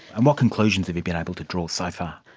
and what conclusions have you been able to draw so far?